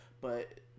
but-